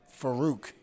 Farouk